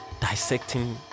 dissecting